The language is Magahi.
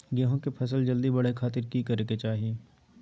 गेहूं के फसल जल्दी बड़े खातिर की करे के चाही?